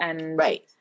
Right